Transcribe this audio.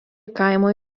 kaimo